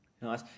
nice